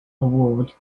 award